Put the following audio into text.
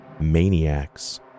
maniacs